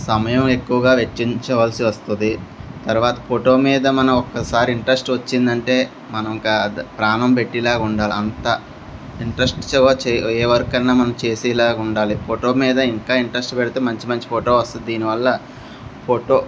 సమయం ఎక్కువగా వెచ్చించవలసి వస్తుంది తర్వాత ఫోటో మీద మనం ఒక్కసారి ఇంట్రెస్ట్ వచ్చిందంటే మనం ప్రాణం పెట్టేలాగా ఉండాలి అంత ఇంట్రెస్టగా ఏ వర్క్ అయినా మనం చేసేలాగా ఉండాలి ఫోటో మీద ఇంకా ఇంట్రెస్ట్ పెడితే మంచి మంచి ఫోటో వస్తుంది దీనివల్ల ఫోటో